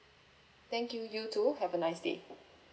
thank you you too have a nice day